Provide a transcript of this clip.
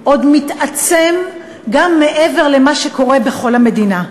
עוד מתעצם גם מעבר למה שקורה בכל המדינה.